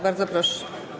Bardzo proszę.